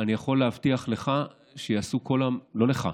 אני יכול להבטיח לך, לא לך,